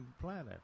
planet